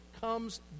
comes